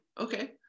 Okay